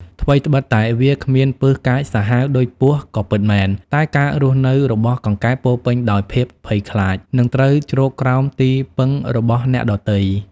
ថ្វីត្បិតតែវាគ្មានពិសកាចសាហាវដូចពស់ក៏ពិតមែន តែការស់នៅរបស់កង្កែបពោរពេញដោយភាពភ័យខ្លាច និងត្រូវជ្រកក្រោមទីពឹងរបស់អ្នកដទៃ។